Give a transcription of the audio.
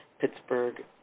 Pittsburgh